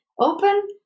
open